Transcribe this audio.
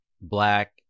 black